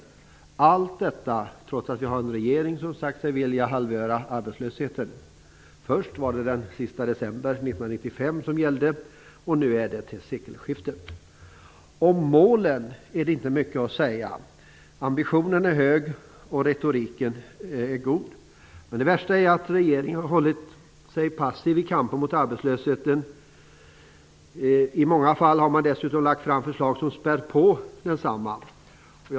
Allt detta trots att vi har en regering som sagt sig vilja halvera arbetslösheten. Först var det den 31 december 1995 som gällde, och nu är det sekelskiftet som gäller. Om målen kan man inte säga mycket. Ambitionen är hög, och retoriken är god. Men det värsta är att regeringen har hållit sig passiv i kampen mot arbetslösheten. I många fall har den dessutom lagt fram förslag som spär på arbetslösheten.